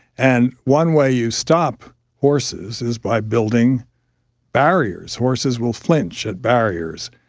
and one way you stop horses is by building barriers. horses will flinch at barriers.